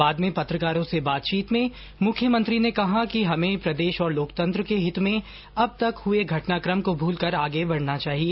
बाद में पत्रकारों से बातचीत में मुख्यमंत्री ने कहा कि हमे प्रदेश और लोकतंत्र के हित में अब तक हुए घटनाकम को भूलकर आगे बढना चाहिए